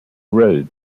road